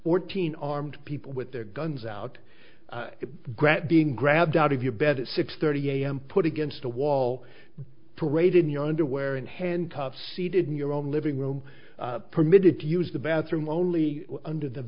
fourteen armed people with their guns out grab being grabbed out of your bed at six thirty am put against a wall parade in your underwear in handcuffs seated in your own living room permitted to use the bathroom only under the